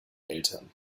eltern